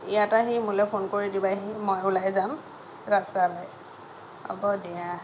ইয়াত আহি মোলৈ ফোন কৰি দিবাহি মই ওলাই যাম ৰাস্তালৈ হ'ব দিয়া